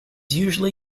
usually